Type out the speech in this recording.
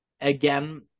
again